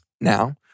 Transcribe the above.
Now